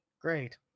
Great